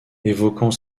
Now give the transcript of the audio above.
évoquant